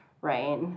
Right